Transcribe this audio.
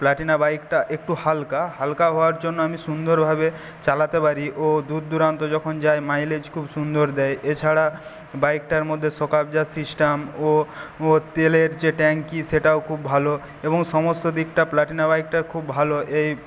Platina বাইকটা একটু হালকা হালকা হওয়ার জন্য আমি সুন্দরভাবে চালাতে পারি ও দুর দুরান্ত যখন যাই মাইলেজ খুব সুন্দর দেয় এছাড়া বাইকটার মধ্যে সিস্টেম ও ও তেলের যে ট্যাঙ্কি সেটাও খুব ভালো এবং সমস্ত দিকটা প্লাটিনা বাইকটার খুব ভালো এই